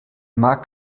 markt